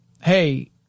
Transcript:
hey